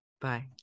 Bye